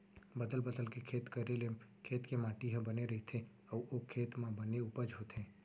बदल बदल के खेत करे ले खेत के माटी ह बने रइथे अउ ओ खेत म बने उपज होथे